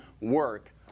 work